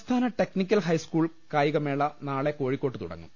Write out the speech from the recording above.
സംസ്ഥാന technical high school കായികമേള നാളെ കോഴിക്കോട്ട് തുടങ്ങും